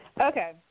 Okay